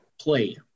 play